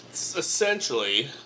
Essentially